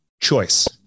choice